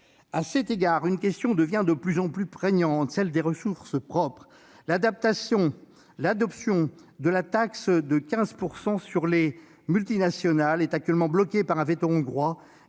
À cet égard, une question devient de plus en plus prégnante, celle des ressources propres. L'adoption de la taxe de 15 % sur les multinationales est actuellement bloquée par un veto hongrois,